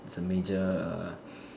is a major err